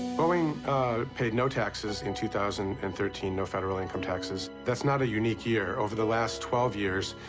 boeing paid no taxes in two thousand and thirteen, no federal income taxes. that's not a unique year. over the last twelve years,